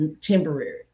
temporary